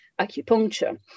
acupuncture